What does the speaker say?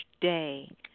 day